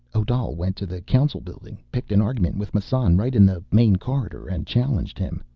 odal went to the council building. picked an argument with massan right in the main corridor and challenged him.